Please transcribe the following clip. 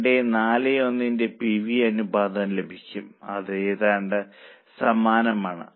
5241 ന്റെ P V അനുപാതം ലഭിക്കും അത് ഏതാണ്ട് സമാനമാണ്